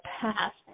past